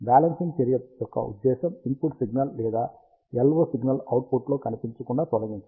balancing చర్య యొక్క ఉద్దేశ్యం ఇన్పుట్ సిగ్నల్ లేదా LO సిగ్నల్ అవుట్పుట్లో కనిపించకుండా తొలగించడం